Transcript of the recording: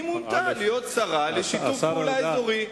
היא מונתה לשרה לשיתוף פעולה אזורי.